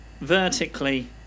vertically